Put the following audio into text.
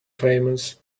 famous